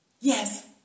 Yes